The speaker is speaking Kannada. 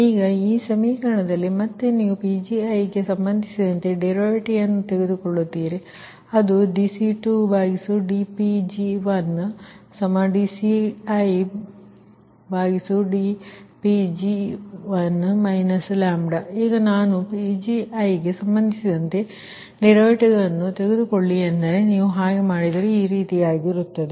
ಈಗ ಈ ಸಮೀಕರಣದಲ್ಲಿ ಮತ್ತೆ ನೀವು Pg1 ಗೆ ಸಂಬಂಧಿಸಿದಂತೆ ಡರಿವಿಟಿವ ಅನ್ನು ತೆಗೆದುಕೊಳ್ಳುತ್ತೀರಿ ಅದು dCTdPg1dC1dPg1 ಈಗ ನಾನು Pg1ಗೆ ಸಂಬಂಧಿಸಿದಂತೆ ಡರಿವಿಟಿವ ಅನ್ನು ತೆಗೆದುಕೊಳ್ಳಿ ಎಂದರೆ ನೀವು ಹಾಗೆ ಮಾಡಿದರೆ ಅದು ಈ ರೀತಿಯಾಗಿರುತ್ತದೆ